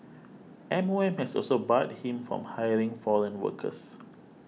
M O M has also barred him from hiring foreign workers